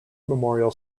memorial